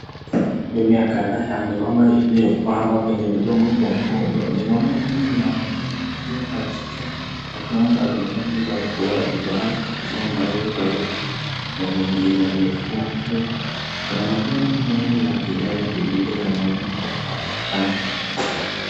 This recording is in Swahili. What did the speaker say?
Mimea kadhaa ya migomba uliopandwa kwenye udongo mwekundu, migomba hii inaonekana ikiwa katika hatua mbalimbali za ukuaji, baadhi zikiwa mrefu zaidi na mengine mifupi. Kuna majani mbali ya kijani kibichi na maua inaonekana.